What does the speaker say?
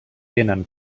tenen